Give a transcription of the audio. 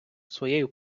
своєю